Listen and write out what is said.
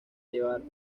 llevar